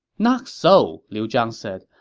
not so, liu zhang said.